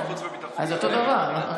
זה אותו הדבר.